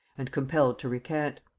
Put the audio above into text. and compelled to recant.